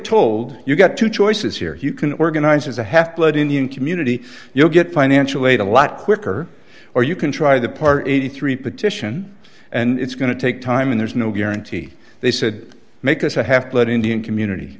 told you've got two choices here you can organize as a half blood indian community you'll get financial aid a lot quicker or you can try the part eighty three petition and it's going to take time and there's no guarantee they said make us a half blood indian community